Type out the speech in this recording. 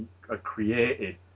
created